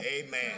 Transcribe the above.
Amen